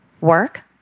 work